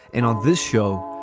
and on this show,